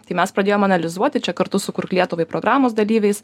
tai mes pradėjom analizuoti čia kartu su kurk lietuvai programos dalyviais